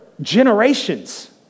generations